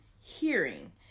hearing